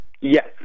Yes